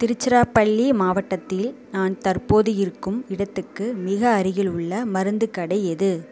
திருச்சிராபள்ளி மாவட்டத்தில் நான் தற்போது இருக்கும் இடத்துக்கு மிக அருகிலுள்ள மருந்துக் கடை எது